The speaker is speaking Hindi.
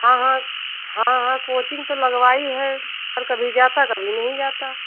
हाँ हाँ हाँ हाँ कोचिंग तो लगवाई है पर कभी जाता है कभी नहीं जाता